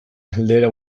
galdera